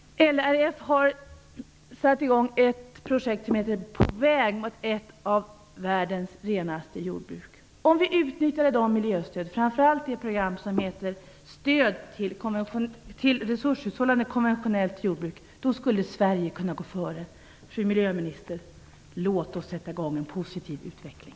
LRF har satt i gång ett projekt som heter På väg mot ett av världens renaste jordbruk. Om vi utnyttjade miljöstöden, framför allt det program som heter Stöd till resurshushållande konventionellt jordbruk, skulle Sverige kunna gå före. Fru miljöminister, låt oss sätta i gång en positiv utveckling!